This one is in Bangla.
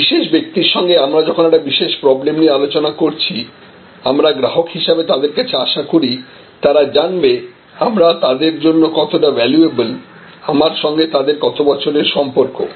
একজন বিশেষ ব্যক্তির সঙ্গে আমরা যখন একটা বিশেষ প্রবলেম নিয়ে আলোচনা করছি আমরা গ্রাহক হিসেবে তাদের কাছে আশা করি তারা জানবে আমরা তাদের জন্য কতটা ভ্যালুএবেল আমার সঙ্গে তাদের কত বছরের সম্পর্ক